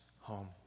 home